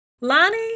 Lonnie